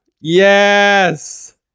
Yes